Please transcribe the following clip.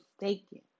mistaken